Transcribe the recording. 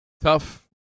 tough